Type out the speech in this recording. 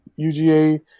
UGA